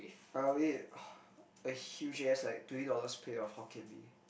I would eat a huge ass like twenty dollars plate of Hokkien-Mee